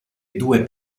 due